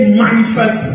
manifest